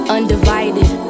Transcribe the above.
Undivided